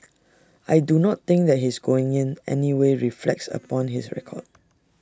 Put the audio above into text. I do not think that his going in anyway reflects upon his record